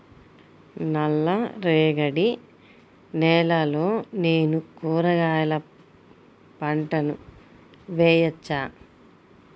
నల్ల రేగడి నేలలో నేను కూరగాయల పంటను వేయచ్చా?